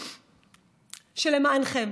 שלמענכם